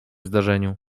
zdarzeniu